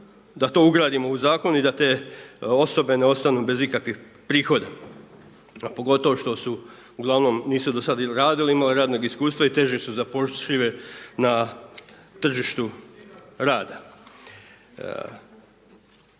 da to ugradimo u zakon i da te osobe ne ostanu bez ikakvih prihoda, a pogotovo što uglavnom nisu do sada radile, imale radnog iskustva i teže su zapošljive na tržištu rada.